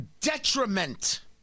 detriment